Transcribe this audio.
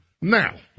Now